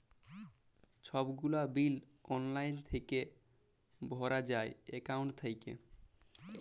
ছব গুলা বিল অললাইল থ্যাইকে ভরা যায় একাউল্ট থ্যাইকে